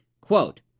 Quote